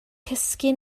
cysgu